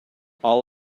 all